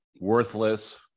worthless